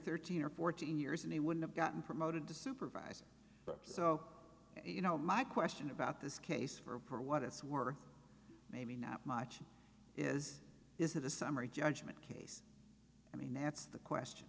thirteen or fourteen years and he wouldn't have gotten promoted to supervisor so you know my question about this case for what it's worth maybe not much is is that the summary judgment i mean that's the question